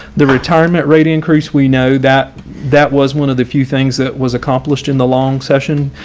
the retirement rate increase. we know that that was one of the few things that was accomplished in the long session.